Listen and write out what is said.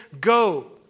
go